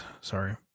Sorry